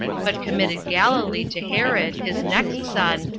but committed galilee to herod, his next son,